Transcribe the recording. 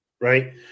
right